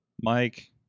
Mike